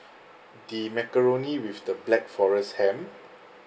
the macaroni with the black forest ham